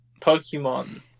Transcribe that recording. Pokemon